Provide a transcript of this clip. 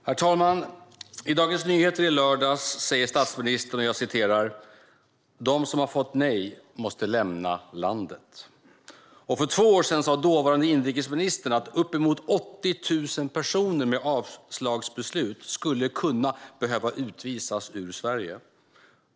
Herr talman! I Dagens Nyheter från i lördags säger statsministern: "De som har fått nej måste lämna landet." För två år sedan sa dåvarande inrikesminister att uppemot 80 000 personer med avslagsbeslut skulle kunna behöva utvisas ur Sverige.